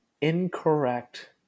incorrect